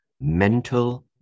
mental